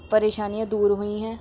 پریشانیاں دور ہوئی ہیں